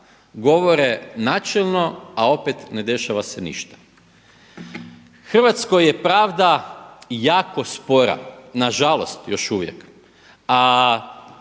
govore načelno, a opet ne dešava se ništa. U Hrvatskoj je pravda jako spora, na žalost još uvijek